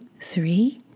three